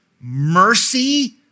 mercy